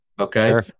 okay